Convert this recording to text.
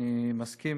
אני מסכים